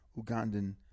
Ugandan